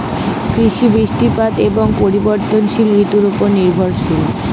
কৃষি বৃষ্টিপাত এবং পরিবর্তনশীল ঋতুর উপর নির্ভরশীল